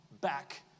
back